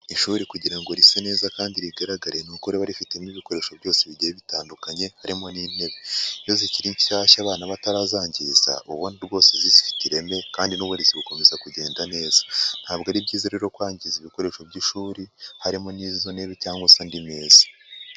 ishuri kugira ngo rise neza kandi rigaragare ni uko riba rifitemo ibikoresho byose bigiye bitandukanye harimo n'intebe, iyo zikiri nshyashya abana batarazangiza, uba ubona rwose zifite ireme kandi n'uburezi bukomeza kugenda neza, ntabwo ari byiza rero kwangiza ibikoresho by'ishuri, harimo n'izo ntebe cyangwa se andi meza.